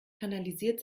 kanalisiert